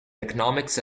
economics